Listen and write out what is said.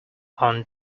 aunt